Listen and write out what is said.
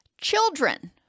children